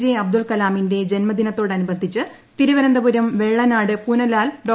J Abdul മുൻ കലാമിന്റെ ജന്മദിനത്തോടനുബന്ധിച്ച് തിരുവനന്തപുരം വെള്ളനാട് പുനലാൽ ഡോ